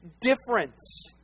difference